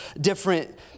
different